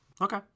Okay